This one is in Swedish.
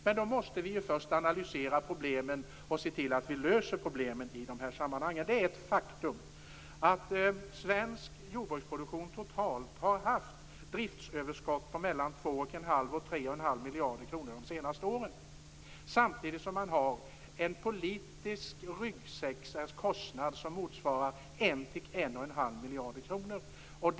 Men då måste vi ju först analysera och lösa problemen i dessa sammanhang. Det är ett faktum att svensk jordbruksproduktion totalt har haft driftsöverskott på 2,5-3,5 miljarder kronor under de senaste åren, samtidigt som man har en politisk ryggsäck, en kostnad som motsvarar 1-1,5 miljarder kronor.